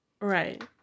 Right